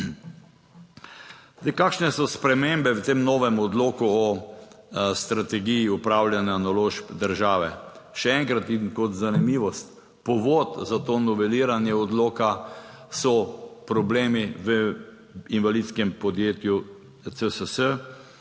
kakšne so spremembe v tem novem Odloku o strategiji upravljanja naložb države? Še enkrat in kot zanimivost, povod za to noveliranje odloka so problemi v invalidskem podjetju CSS